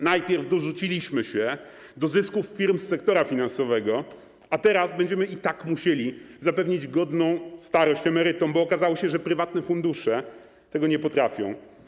Najpierw dorzuciliśmy się do zysków firm z sektora finansowego, a teraz będziemy i tak musieli zapewnić godną starość emerytom, bo okazało się, że prywatne fundusze tego nie potrafią.